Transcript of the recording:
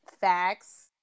Facts